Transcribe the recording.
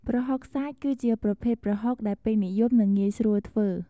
ប្រហុកសាច់ គឺជាប្រភេទប្រហុកដែលពេញនិយម និងងាយស្រួលធ្វើ។